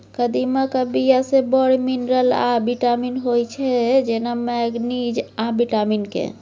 कदीमाक बीया मे बड़ मिनरल आ बिटामिन होइ छै जेना मैगनीज आ बिटामिन के